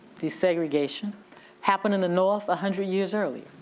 desegregation happened in the north a hundred years earlier